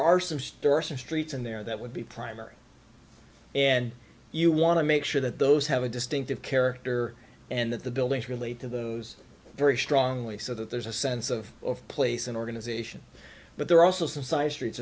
store some streets in there that would be primary and you want to make sure that those have a distinctive character and that the buildings relate to those very strongly so that there's a sense of place and organization but there are also some side streets